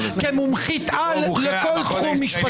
כמומחית על לכל תחום משפט.